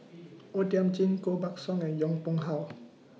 O Thiam Chin Koh Buck Song and Yong Pung How